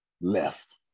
left